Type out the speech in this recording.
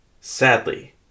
Sadly